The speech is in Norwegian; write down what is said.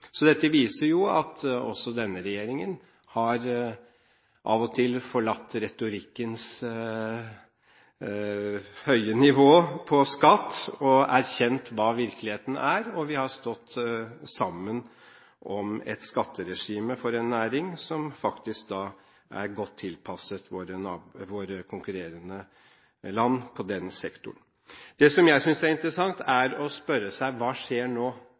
Dette viser at også denne regjeringen av og til har forlatt retorikkens høye nivå når det gjelder skatt, og erkjent hva virkeligheten er. Vi har stått sammen om et skatteregime for en næring som faktisk er godt tilpasset våre konkurrerende land på den sektoren. Det som jeg synes er interessant, er å spørre seg hva skjer nå